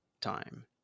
time